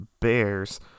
Bears